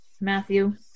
Matthew